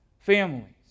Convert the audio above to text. Families